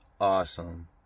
Awesome